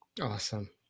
Awesome